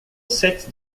sept